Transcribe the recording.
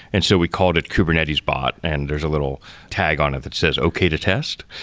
and so we called it kubernetes bot, and there's a little tag on it that says, okay to test.